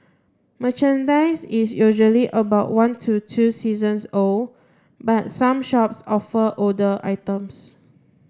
merchandise is usually about one to two seasons old but some shops offer older items